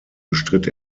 bestritt